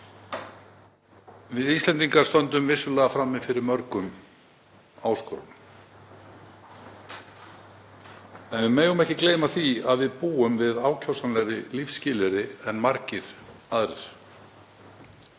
Við Íslendingar stöndum vissulega frammi fyrir mörgum áskorunum en við megum ekki gleyma því að við búum við ákjósanlegri lífsskilyrði en margir aðrir.